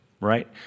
right